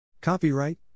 Copyright